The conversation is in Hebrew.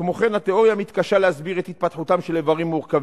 כמו כן התיאוריה מתקשה להסביר את התפתחותם של איברים מורכבים,